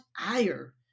ire